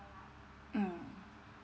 mm